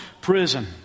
prison